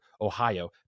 Ohio